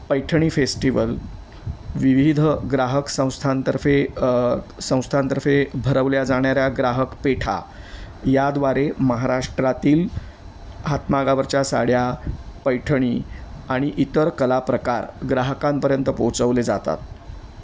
Paithani festival विविध ग्राहक संस्थांतर्फे संस्थांतर्फे भरवल्या जाणाऱ्या ग्राहक पेठा याद्वारे महाराष्ट्रातील हातमागावरच्या साड्या पैठणी आणि इतर कला प्रकार ग्राहकांपर्यंत पोहोचवले जातात